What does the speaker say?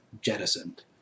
jettisoned